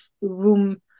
room